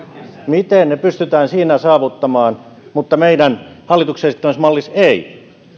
miten ne pystytään siinä saavuttamaan mutta meidän hallituksen esittämässä mallissa ei